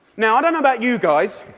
now, i don't know about you guys,